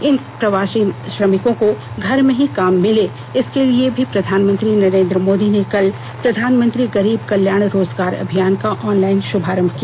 इन प्रवासी श्रमिकों को घर में ही काम मिले इसके लिए भी प्रधानमंत्री नरेंद्र मोदी ने कल प्रधानमंत्री गरीब कल्याण रोजगार अभियान का ऑनलाइन शुभारंभ किया